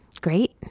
Great